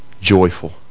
joyful